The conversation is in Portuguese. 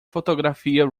fotografia